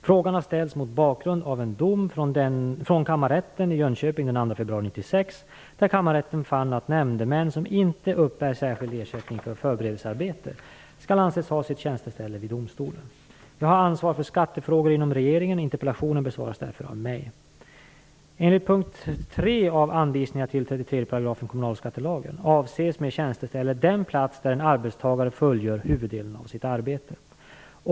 Frågan har ställts mot bakgrund av en dom från Kammarrätten i Jönköping den 2 februari 1996, där kammarrätten fann att nämndemän som inte uppbär särskild ersättning för förberedelsearbete skall anses ha sitt tjänsteställe vid domstolen. Jag har ansvar för skattefrågor inom regeringen. Interpellationen besvaras därför av mig. Enligt punkt 3 av anvisningarna till 33 § kommunalskattelagen avses med tjänsteställe den plats där en arbetstagare fullgör huvuddelen av sitt arbete.